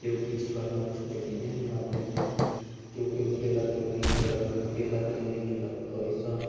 केओ किछु कहलक लेकिन एहन बात नहि छै केओ केओ केलक केओ नहि केलक केओ केलक केओ नहि केलक तऽ ओइसँ